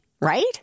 right